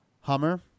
Hummer